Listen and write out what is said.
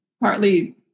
Partly